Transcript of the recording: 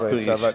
יש קדושת הארץ,